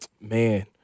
man